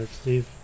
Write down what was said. Steve